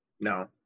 No